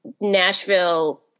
Nashville